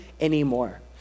anymore